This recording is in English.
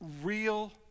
real